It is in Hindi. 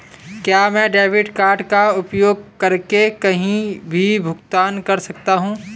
क्या मैं डेबिट कार्ड का उपयोग करके कहीं भी भुगतान कर सकता हूं?